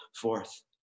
forth